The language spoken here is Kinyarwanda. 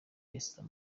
esther